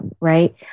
right